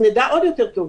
נדע עוד יותר טוב.